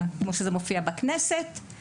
כפי שהיא מופיעה בכנסת,